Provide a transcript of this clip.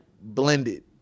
blended